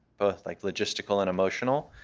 both like logistical and emotional,